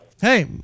hey